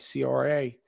CRA